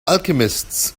alchemists